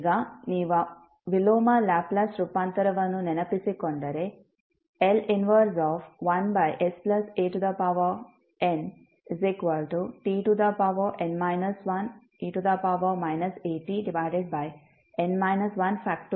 ಈಗ ನೀವು ವಿಲೋಮ ಲ್ಯಾಪ್ಲೇಸ್ ರೂಪಾಂತರವನ್ನು ನೆನಪಿಸಿಕೊಂಡರೆL 11santn 1e atn 1